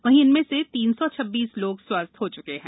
वहीं इनमें से तीन सौ छब्बीस लोग स्वस्थ हो चुके हैं